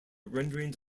renderings